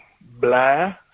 Blah